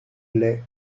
lait